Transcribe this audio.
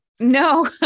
No